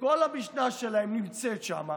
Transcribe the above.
כל המשנה שלהם נמצאת שם,